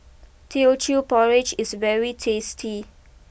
Teochew Porridge is very tasty